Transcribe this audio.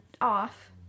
off